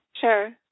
Sure